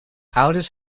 ouders